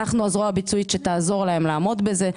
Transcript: אנחנו הזרוע הביצועית שתעזור להם לעמוד בזה.